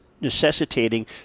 necessitating